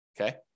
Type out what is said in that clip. Okay